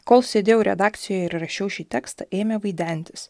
kol sėdėjau redakcijoje ir rašiau šį tekstą ėmė vaidentis